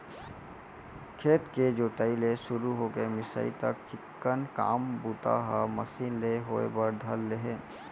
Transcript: खेत के जोताई ले सुरू हो के मिंसाई तक चिक्कन काम बूता ह मसीन ले होय बर धर ले हे